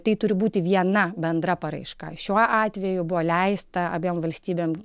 tai turi būti viena bendra paraiška šiuo atveju buvo leista abiem valstybėm